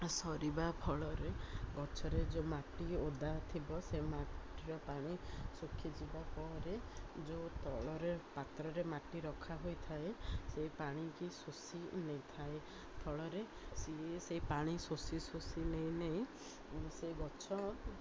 ସରିବା ଫଳରେ ଗଛରେ ଯେଉଁ ମାଟି ଓଦା ଥିବ ସେ ମାଟିର ପାଣି ଶଖିଯିବା ପରେ ଯେଉଁ ତଳରେ ପାତ୍ରରେ ମାଟି ରଖା ହୋଇଥାଏ ସେ ପାଣିକି ଶୋଷି ନେଇଥାଏ ଫଳରେ ସିଏ ସେଇ ପାଣି ଶୋଷି ଶୋଷି ନେଇ ନେଇ ସେ ଗଛ